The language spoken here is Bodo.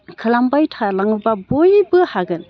खालामबाय थालांब्ला बयबो हागोन